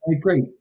great